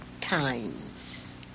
times